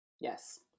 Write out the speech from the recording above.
Yes